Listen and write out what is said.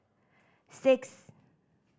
six